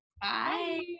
Bye